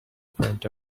front